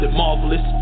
marvelous